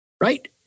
right